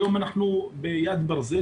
היום אנחנו נוהגים איתם ביד ברזל,